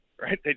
Right